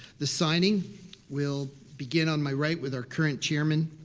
the signing will begin on my right with our current chairman,